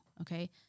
Okay